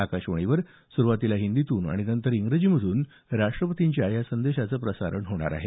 आकाशवाणीवर सुरवातीला हिंदीतून आणि नंतर इंग्रजीमधून राष्ट्रपतींच्या संदेशाचं प्रसारण होणार आहे